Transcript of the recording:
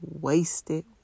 wasted